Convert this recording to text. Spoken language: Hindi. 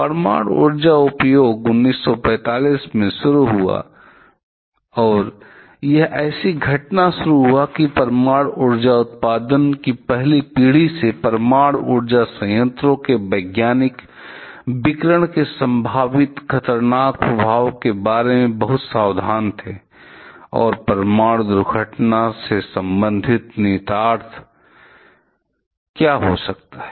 परमाणु ऊर्जा का उपयोग 1945 से शुरू हुआ और यह ऐसी घटना शुरू हुआ कि परमाणु ऊर्जा उत्पादन की पहली पीढ़ी से परमाणु ऊर्जा संयंत्रों के वैज्ञानिक विकिरण के संभावित खतरनाक प्रभाव के बारे में बहुत सावधान थे और परमाणु दुर्घटना के संभावित निहितार्थ क्या हो सकते हैं